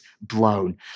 blown